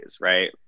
right